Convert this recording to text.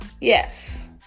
Yes